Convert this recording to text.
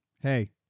Hey